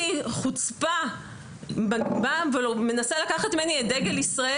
אני חושב הוועדה הזאת צריכה לעשות כאן משהו אופרטיבי,